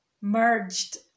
merged